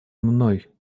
мной